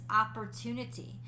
opportunity